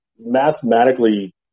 mathematically